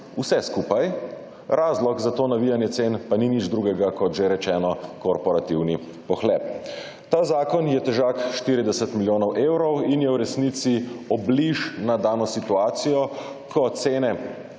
vse skupaj. Razlog za to navijanje cen pa ni nič drugega kot že rečeno korporativni pohlep. Ta zakon je težak 40 milijonov evrov in je v resnici obliž na dano situacijo, ko cene